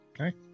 okay